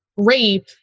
rape